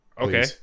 Okay